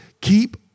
Keep